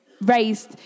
raised